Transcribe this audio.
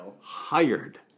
Hired